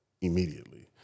immediately